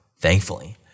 thankfully